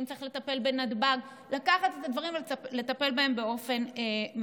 אם צריך לטפל בנתב"ג לקחת את הדברים ולטפל בהם באופן ממוקד.